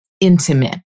intimate